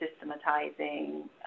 systematizing